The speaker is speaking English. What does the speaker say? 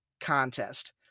contest